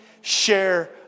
share